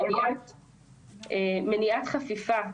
על מניעת חפיפה,